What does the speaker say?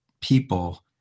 people